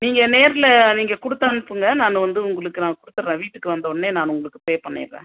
நீங்கள் நேரில் நீங்கள் கொடுத்து அனுப்புங்கள் நான் வந்து உங்களுக்கு நான் கொடுத்துட்றேன் வீட்டுக்கு வந்தவொடனே நான் உங்களுக்கு பே பண்ணிடுறேன்